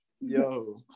Yo